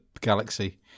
galaxy